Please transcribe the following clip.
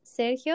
Sergio